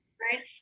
right